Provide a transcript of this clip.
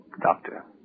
Doctor